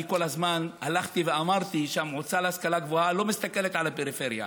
אני כל הזמן הלכתי ואמרתי שהמועצה להשכלה גבוהה לא מסתכלת על הפריפריה,